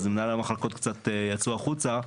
אז מנהלי המחלקות קצת יצאו החוצה,